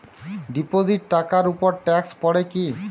Deposit টাকার উপর tax পড়ে কি?